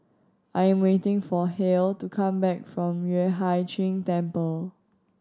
I am waiting for Halle to come back from Yueh Hai Ching Temple